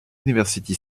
university